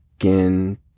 again